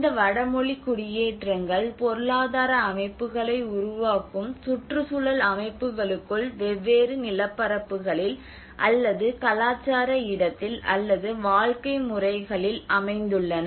இந்த வடமொழி குடியேற்றங்கள் பொருளாதார அமைப்புகளை உருவாக்கும் சுற்றுச்சூழல் அமைப்புகளுக்குள் வெவ்வேறு நிலப்பரப்புகளில் அல்லது கலாச்சார இடத்தில் அல்லது வாழ்க்கை முறைகளில் அமைந்துள்ளன